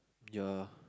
ya